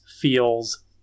feels